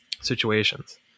situations